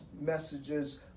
messages